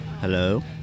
hello